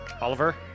oliver